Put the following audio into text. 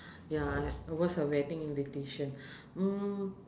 ya like it was a wedding invitation mm